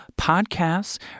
podcasts